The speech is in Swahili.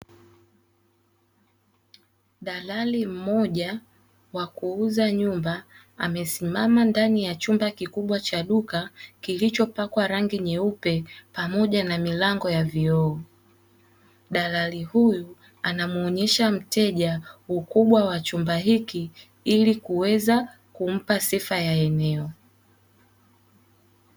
Dalali mmoja wa kuuza nyumba amesimama ndani ya chumba kikubwa cha duka kilichopakwa rangi nyeupe pamoja na milango ya vioo. Dalali huyu anamueleza mteja ukubwa wa chumba hiki ili kuweza kumpa sifa za eneo.